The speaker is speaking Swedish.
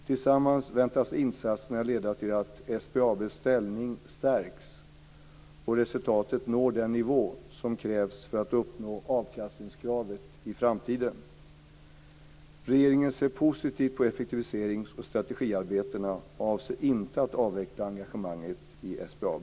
Tillsammans väntas insatserna leda till att SBAB:s ställning stärks och resultatet når den nivå som krävs för att uppnå avkastningskravet i framtiden. Regeringen ser positivt på effektiviserings och strategiarbetena och avser inte att avveckla engagemanget i SBAB.